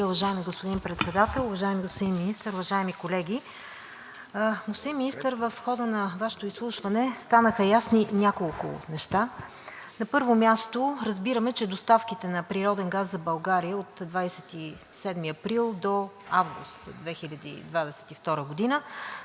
уважаеми господин Председател. Уважаеми господин Министър, уважаеми колеги! Господин Министър, в хода на Вашето изслушване станаха ясни няколко неща. На първо място, разбираме, че доставките на природен газ за България от 27 април до август 2022 г. са